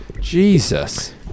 Jesus